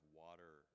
water